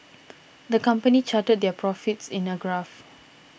the company charted their profits in a graph